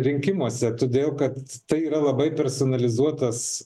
rinkimuose todėl kad tai yra labai personalizuotas